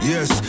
Yes